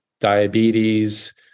diabetes